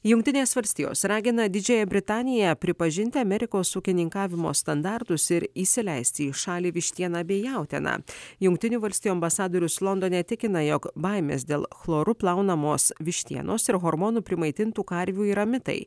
jungtinės valstijos ragina didžiąją britaniją pripažinti amerikos ūkininkavimo standartus ir įsileisti į šalį vištieną bei jautieną jungtinių valstijų ambasadorius londone tikina jog baimės dėl chloru plaunamos vištienos ir hormonų primaitintų karvių yra mitai